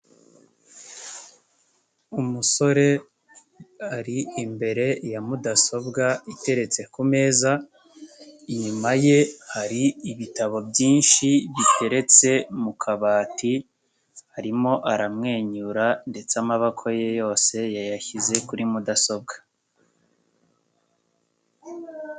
Umusore ari imbere ya mudasobwa iteretse ku meza, inyuma ye hari ibitabo byinshi biteretse mu kabati, arimo aramwenyura ndetse amaboko ye yose yayashyize kuri mudasobwa.